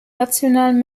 nationalen